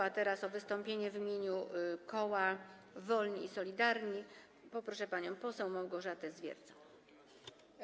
A teraz o wystąpienie w imieniu koła Wolni i Solidarni poproszę panią poseł Małgorzatę Zwiercan.